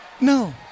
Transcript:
No